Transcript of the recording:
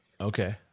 Okay